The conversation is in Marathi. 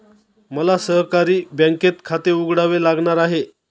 मला सहकारी बँकेत खाते उघडावे लागणार आहे